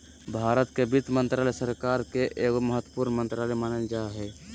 भारत के वित्त मन्त्रालय, सरकार के एगो महत्वपूर्ण मन्त्रालय मानल जा हय